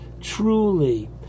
truly